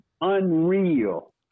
unreal